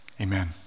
Amen